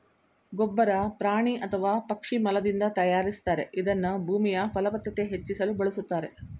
ಗೊಬ್ಬರ ಪ್ರಾಣಿ ಅಥವಾ ಪಕ್ಷಿ ಮಲದಿಂದ ತಯಾರಿಸ್ತಾರೆ ಇದನ್ನ ಭೂಮಿಯಫಲವತ್ತತೆ ಹೆಚ್ಚಿಸಲು ಬಳುಸ್ತಾರೆ